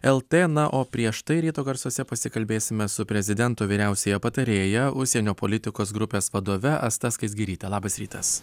lt na o prieš tai ryto garsuose pasikalbėsime su prezidento vyriausiąja patarėja užsienio politikos grupės vadove asta skaisgiryte labas rytas